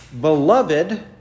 beloved